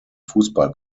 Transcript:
fußball